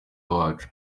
wacu